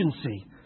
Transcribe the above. agency